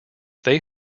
they